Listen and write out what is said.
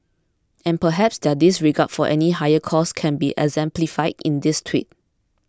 and perhaps their disregard for any higher cause can be exemplified in this tweet